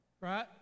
Right